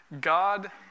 God